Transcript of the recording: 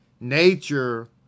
Nature